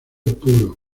puro